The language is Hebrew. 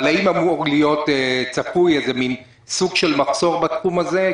האם צפוי להיות סוג של מחסור בתחום הזה?